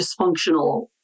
dysfunctional